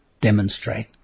demonstrate